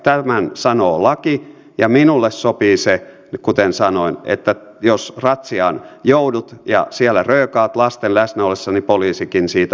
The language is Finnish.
tämän sanoo laki ja minulle sopii se kuten sanoin että jos ratsiaan joudut ja siellä röökaat lasten läsnä ollessa niin poliisikin siitä huomauttaisi